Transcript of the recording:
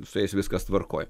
su jais viskas tvarkoj